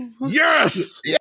Yes